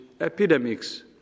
epidemics